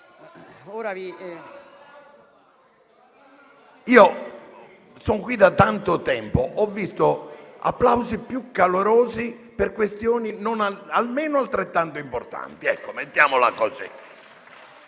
Son qui da tanto tempo e ho visto applausi più calorosi per questioni almeno altrettanto importanti, mettiamola così.